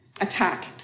attack